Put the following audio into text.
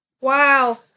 Wow